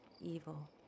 evil